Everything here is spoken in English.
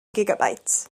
gigabytes